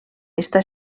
està